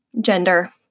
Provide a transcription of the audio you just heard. gender